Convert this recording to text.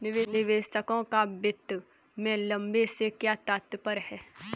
निवेशकों का वित्त में लंबे से क्या तात्पर्य है?